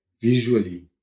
visually